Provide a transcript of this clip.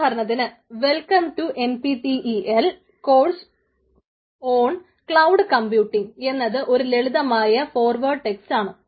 ഉദാഹരണത്തിന് welcome to NPTEL course on cloud computing എന്നത് ഒരു ലളിതമായ ഫോർവേഡ് ടെക്സ്റ്റ് ആണ്